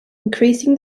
increasing